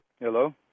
Hello